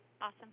Awesome